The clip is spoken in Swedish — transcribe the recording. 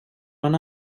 någon